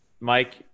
Mike